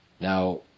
Now